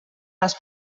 les